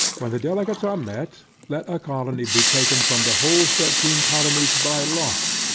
when the delegates are met, let a colony be taken from the whole thirteen colonies by lot,